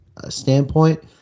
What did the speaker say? standpoint